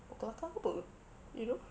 kau kelakar ke apa you know